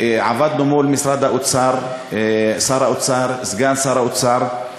עבדנו מול משרד האוצר, שר האוצר, סגן שר האוצר,